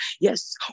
Yes